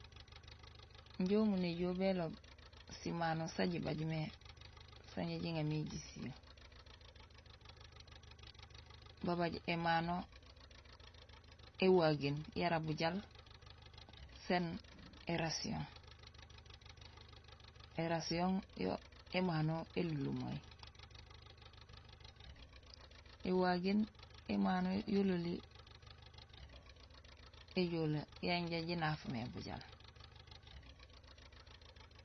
Injé umunéjool béloob simano san jibay mé sanja jiŋamé jisiil. Babay émano éwagéén yara bujaal sén érasihon; érasihon yo émano élunlumay. Ēwagéén émano yololi éjoolee yanja jinaaf mé bujaal